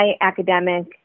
academic